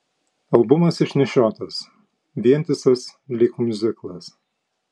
albumas išnešiotas vientisas lyg miuziklas